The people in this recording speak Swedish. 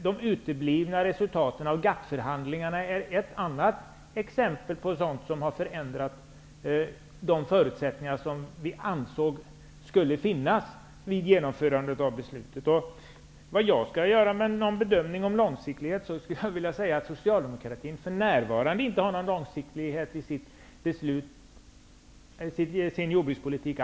De uteblivna resultaten av GATT-förhandlingarna är ett annat exempel på sådant som har förändrat de förutsättningar som vi ansåg skulle finnas vid genomförandet av beslutet. Om jag skall göra någon bedömning vill jag säga att Socialdemokraterna för närvarande inte alls har någon långsiktig jordbrukspolitik.